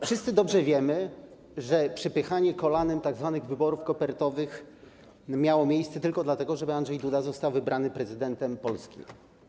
Wszyscy dobrze wiemy, że przepychanie kolanem tzw. wyborów kopertowych miało miejsce tylko po to, żeby Andrzej Duda został wybrany na prezydenta Polski.